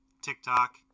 tiktok